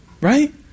right